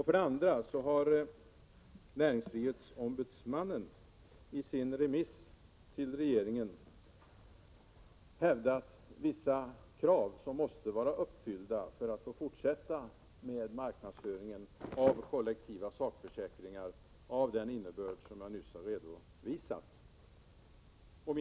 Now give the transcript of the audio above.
För det andra har näringsfrihetsombudsmannen i sitt remissvar till regeringen hävdat vissa krav som måste vara uppfyllda för att marknadsföringen av kollektiva sakförsäkringar av den innebörd som jag nyss har redovisat skall få fortsätta.